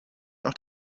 auch